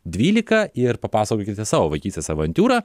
dvylika ir papasakokite savo vaikystės avantiūrą